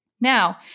Now